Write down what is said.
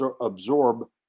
absorb